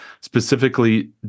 specifically